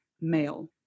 male